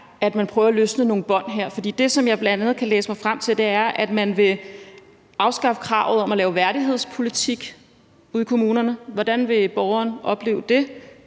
at man prøver at løsne nogle bånd her. For det, som jeg bl.a. kan læse mig frem til, er, at man vil afskaffe kravet om at lave værdighedspolitikker ude i kommunerne. Hvordan vil borgerne opleve det